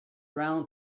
round